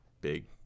big